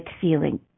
feeling